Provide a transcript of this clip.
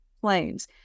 planes